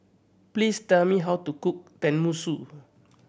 please tell me how to cook Tenmusu